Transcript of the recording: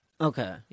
Okay